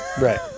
Right